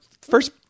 first